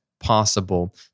possible